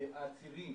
העצירים